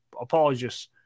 apologists